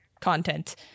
content